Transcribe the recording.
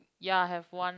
ya have one